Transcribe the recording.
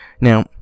Now